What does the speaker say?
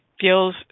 feels